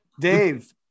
Dave